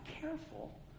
careful